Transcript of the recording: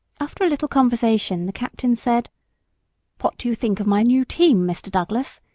after a little conversation the captain said what do you think of my new team, mr. douglas?